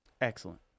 Excellent